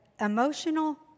emotional